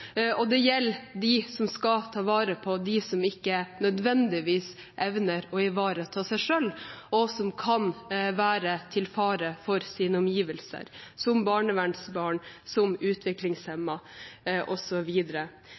og det gjelder dem som skal ta vare på dem som ikke nødvendigvis evner å ivareta seg selv, og som kan være til fare for sine omgivelser – som barnevernsbarn,